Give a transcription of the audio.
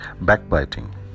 backbiting